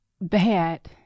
bad